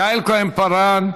יעל כהן-פארן,